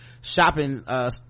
shopping